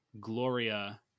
Gloria